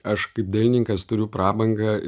aš kaip dailininkas turiu prabangą